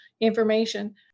information